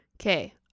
Okay